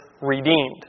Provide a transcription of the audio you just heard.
redeemed